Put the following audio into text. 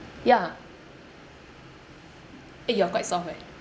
ya eh you're quite soft eh